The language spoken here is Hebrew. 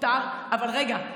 אבל רגע,